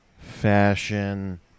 fashion